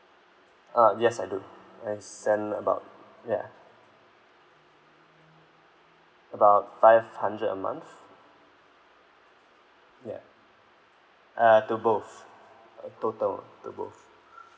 ah yes I do I sent about ya about five hundred a month ya uh to both total to both